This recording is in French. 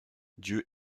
dieu